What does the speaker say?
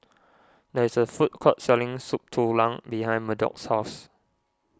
there is a food court selling Soup Tulang behind Murdock's house